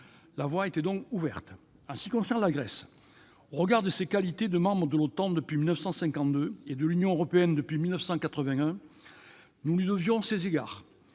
La voie était donc ouverte. En ce qui concerne la Grèce, au regard de ses qualités de membre de l'OTAN depuis 1952 et de l'Union européenne depuis 1981, nous lui devions certains égards.